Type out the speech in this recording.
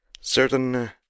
certain